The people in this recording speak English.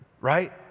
right